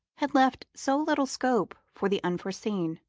had left so little scope for the unforeseen.